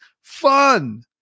fun